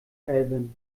alwin